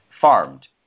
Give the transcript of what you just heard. farmed